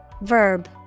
verb